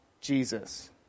Jesus